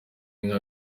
inka